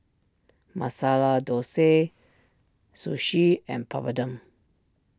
Masala Dosa Sushi and Papadum